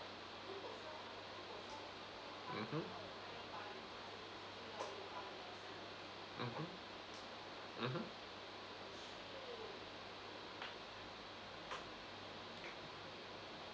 mmhmm mmhmm mmhmm